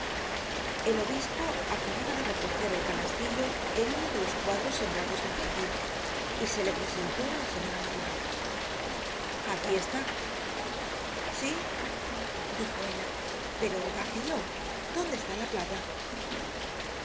el obispo acababa de recoger el canastillo en uno de los cuadros sembrados del jardin y se le presentó á la señora magloire aquí está sí dijo ella pero vacío dónde está la plata